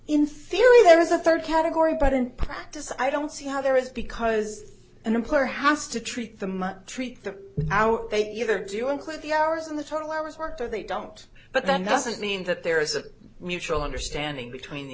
theory there is a third category but in practice i don't see how there is because an employer has to treat the much treat the hour they either do include the hours in the total hours worked or they don't but then doesn't mean that there is a mutual understanding between the